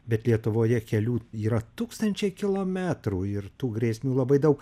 bet lietuvoje kelių yra tūkstančiai kilometrų ir tų grėsmių labai daug